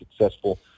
successful